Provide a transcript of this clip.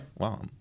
Wow